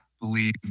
believe